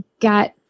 got